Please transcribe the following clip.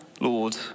Lord